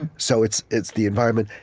and so it's it's the environment.